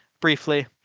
briefly